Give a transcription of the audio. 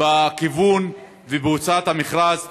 בכיוון ובהוצאת המכרז.